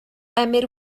emyr